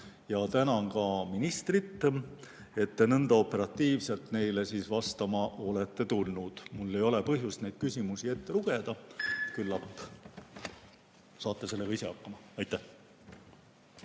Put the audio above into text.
Tänan ka ministrit, et te nõnda operatiivselt meile vastama olete tulnud. Mul ei ole põhjust neid küsimusi ette lugeda. Küllap saate sellega ise hakkama. Aitäh!